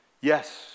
Yes